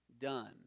done